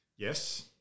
Yes